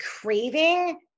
craving